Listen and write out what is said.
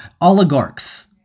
oligarchs